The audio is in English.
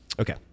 Okay